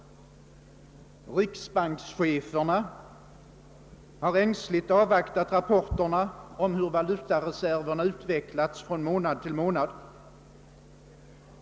Riksbankscheferna har ängsligt avvaktat rapporterna om hur valutareserverna utvecklats från månad till månad.